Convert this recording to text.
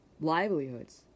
livelihoods